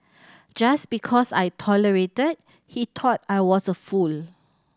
just because I tolerated he thought I was a fool